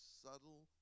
subtle